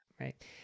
Right